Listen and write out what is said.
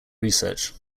research